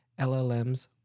LLMs